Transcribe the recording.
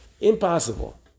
Impossible